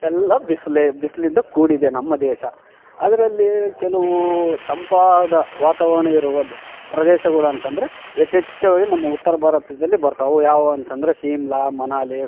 ಎಲ್ಲಾ ಬಿಸಿಲೇ ಬಿಸಿಲಿಂದ ಕೂಡಿದೆ ನಮ್ಮ ದೇಶ ಅದರಲ್ಲಿ ಕೆಲವು ತಂಪಾದ ವಾತಾವರಣ ಇರುವ ಪ್ರದೇಶಗಳು ಅಂತಂದ್ರೆ ಯಥೇಚ್ಛವಾಗಿ ನಮ್ಮ ಉತ್ತರ ಭಾರತದಲ್ಲಿ ಬರ್ತವೆ ಅವು ಯಾವವು ಅಂತಂದ್ರೆ ಸೀಮ್ಲಾ ಮನಾಲಿ